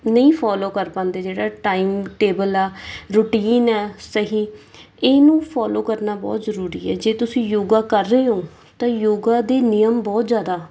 ਨਹੀਂ ਫੋਲੋ ਕਰ ਪਾਉਂਦੇ ਜਿਹੜਾ ਟਾਈਮ ਟੇਬਲ ਆ ਰੂਟੀਨ ਹੈ ਸਹੀ ਇਹਨੂੰ ਫੋਲੋ ਕਰਨਾ ਬਹੁਤ ਜ਼ਰੂਰੀ ਹੈ ਜੇ ਤੁਸੀਂ ਯੋਗਾ ਕਰ ਰਹੇ ਹੋ ਤਾਂ ਯੋਗਾ ਦੇ ਨਿਯਮ ਬਹੁਤ ਜ਼ਿਆਦਾ